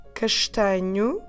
castanho